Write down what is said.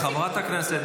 מה עשית בחיים שלך, מה?